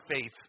faith